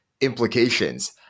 implications